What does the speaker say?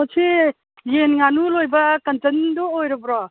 ꯑꯣ ꯁꯤ ꯌꯦꯟ ꯉꯥꯅꯨ ꯂꯣꯏꯕ ꯀꯟꯆꯟꯗꯨ ꯑꯣꯏꯔꯕ꯭ꯔꯣ